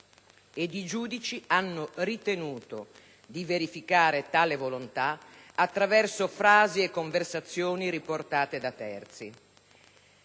I giudici hanno ritenuto di verificare tale volontà attraverso frasi e conversazioni riportate da terzi.